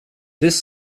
this